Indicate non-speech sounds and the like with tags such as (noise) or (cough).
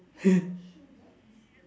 (laughs)